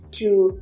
two